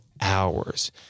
hours